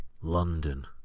London